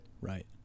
right